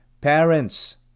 Parents